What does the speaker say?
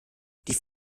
die